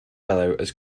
good